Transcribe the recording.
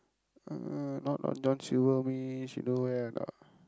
uh not Long-John-Silvers means you know where or not